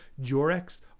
Jurex